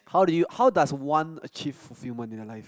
how do you how does one achieve fulfillment in their life